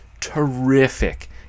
terrific